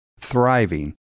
thriving